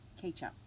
ketchup